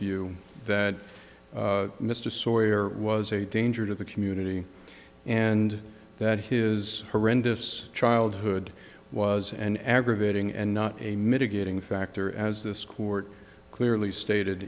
view that mr sawyer was a danger to the community and that his horrendous childhood was an aggravating and not a mitigating factor as this court clearly stated